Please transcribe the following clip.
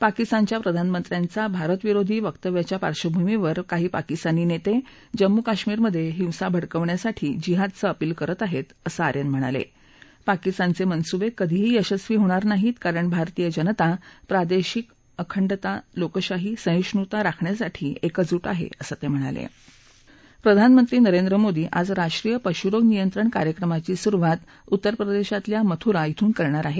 प्राकिस्तानच्या प्रधानमंत्र्याचा भारत विरोधी व्यक्तव्याच्या पार्श्वभूमीवर काही पाकिस्तानी नस्तजिम्मू काश्मीरमधाहििसा भडकवण्यासाठी जिहाद्दचं अपिल करत आहस्त्री असं तञियन म्हणाल प्राकिस्तानच प्रिनसुबळिधीही यशस्वी होणार नाही कारण भारतीय जनता प्रादशिक अखंडता लोकशाही संहिष्णुता राखण्यासाठी एकजुट आहाअसं तहिणाल प्रधानमंत्री नरेंद्र मोदी आज राष्ट्रीय पशु रोग नियंत्रण कार्यक्रमाची सुरवात उत्तर प्रदेशात मथुरा इथून करणार आहेत